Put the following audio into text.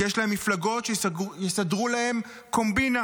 כי יש להם מפלגות שיסדרו להם קומבינה,